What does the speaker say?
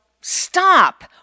stop